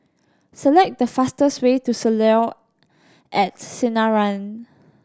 select the fastest way to Soleil at Sinaran